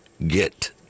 get